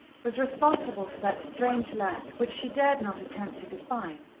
was responsible for that strange lack, which she dared not attempt to define,